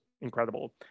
incredible